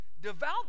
devout